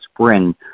spring